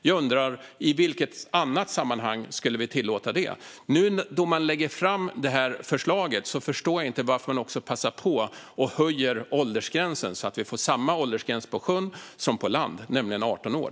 Jag undrar: I vilket annat sammanhang skulle vi tillåta det? När man nu lägger fram det här förslaget förstår jag inte varför man inte också passar på att höja åldersgränsen, så att vi får samma åldersgräns på sjön som på land, nämligen 18 år.